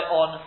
on